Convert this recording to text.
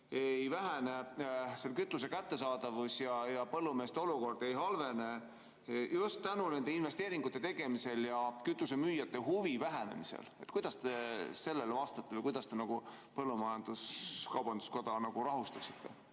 ei vähene selle kütuse kättesaadavus ja põllumeeste olukord ei halvene. Just nende investeeringute tegemise tõttu kütusemüüjate huvi vähenemise pärast. Kuidas te sellele vastate või kuidas te põllumajandus-kaubanduskoda rahustaksite?